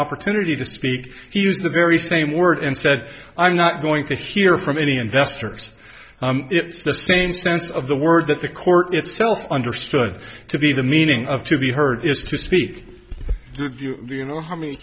opportunity to speak he used the very same word and said i'm not going to hear from any investors it's the same sense of the word that the court itself understood to be the meaning of to be heard is to speak you know how many